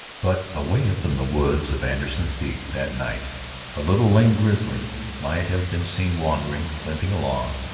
but away up in the woods of anderson's peak that night a little lame grizzly might have been seen wandering, limping along,